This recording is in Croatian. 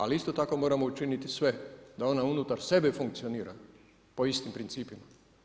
Ali isto tko moramo učiniti sve da ona unutar sebe funkcionira po istim principima.